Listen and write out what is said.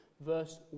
verse